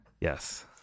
yes